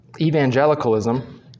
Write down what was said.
evangelicalism